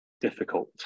difficult